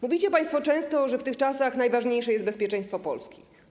Mówicie państwo często, że w tych czasach najważniejsze jest bezpieczeństwo Polski.